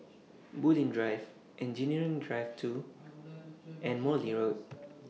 Bulim Drive Engineering Drive two and Morley Road